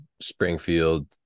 Springfield